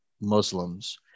Muslims